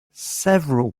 several